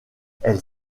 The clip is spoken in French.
elles